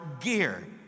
gear